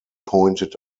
pointed